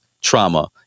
trauma